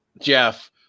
Jeff